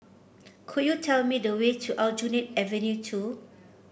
could you tell me the way to Aljunied Avenue Two